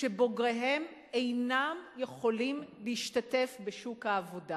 שבוגריהן אינם יכולים להשתתף בשוק העבודה,